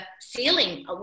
ceiling